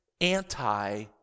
anti